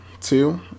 two